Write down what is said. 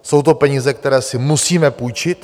Jsou to peníze, které si musíme půjčit.